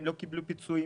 הם לא קיבלו פיצויים,